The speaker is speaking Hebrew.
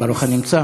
ברוך הנמצא.